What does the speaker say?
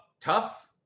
tough